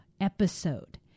episode